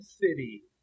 city